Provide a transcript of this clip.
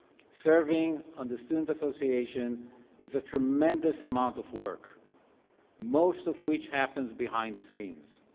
serving on the student association is a tremendous amount of work most of which happens behind the scenes.